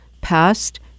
past